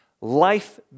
life